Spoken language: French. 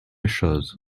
chose